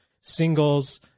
singles